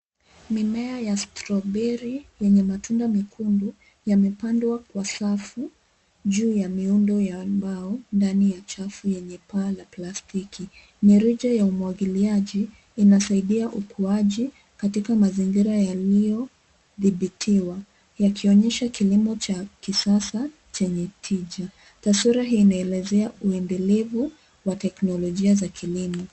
Mimea ya strawberry , yenye matunda mekundu, yamepandwa kwa safu, juu ya miundo ya mbao, ndani ya chafu yenye paa la plastiki. Mirija ya umwagiliaji, inasaidia ukuaji, katika mazingira yaliyodhibitiwa, yakionyesha kilimo cha kisasa, chenye tija. Taswira hii inaelezea uendelevu, wa teknolojia za kilimo.